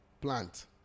plant